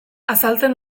azaltzen